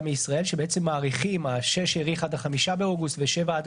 מישראל שבעצם מאריכים ה-6 האריך עד ה-5 באוגוסט וה-7 עד